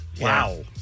Wow